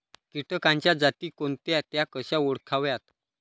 किटकांच्या जाती कोणत्या? त्या कशा ओळखाव्यात?